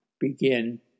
Begin